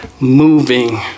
moving